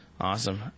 Awesome